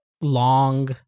long